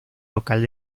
local